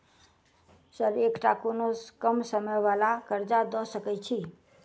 Sir एकटा कोनो कम समय वला कर्जा दऽ सकै छी?